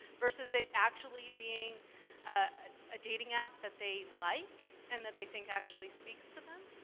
versus it actually being a, a dating app that they like and that they think actually speaks to them?